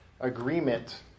agreement